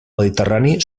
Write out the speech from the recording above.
mediterrani